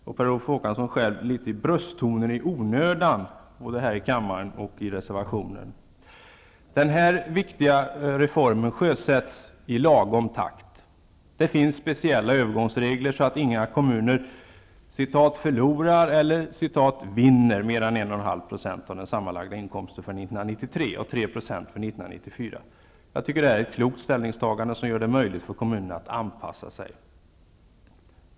Per Olof Håkansson själv tar till brösttoner i onödan här i kammaren och i reservationen. Som jag varit inne på sjösätts denna viktiga reform i lagom takt. Det finns speciella övergångsregler, så att inga kommuner ''förlorar'' eller ''vinner'' mer än 3 % för 1994. Jag tycker att detta är ett klokt ställningstagande, som gör det möjligt för kommunerna att anpassa sig.